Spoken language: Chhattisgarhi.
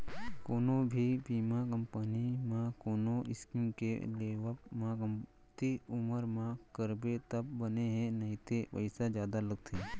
कोनो भी बीमा कंपनी म कोनो स्कीम के लेवब म कमती उमर म करबे तब बने हे नइते पइसा जादा लगथे